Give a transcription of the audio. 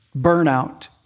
burnout